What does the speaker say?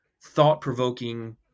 thought-provoking